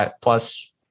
plus